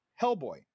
Hellboy